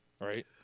right